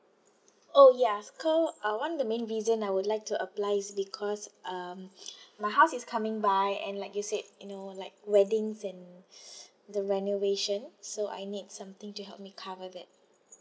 oh ya so one of the main reason I would like to apply is because um my house is coming by and like you said you know like weddings and the renovation so I need something to help me cover that